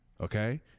Okay